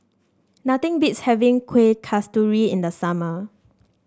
nothing beats having Kuih Kasturi in the summer